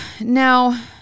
Now